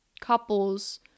couples